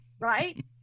right